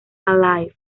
alive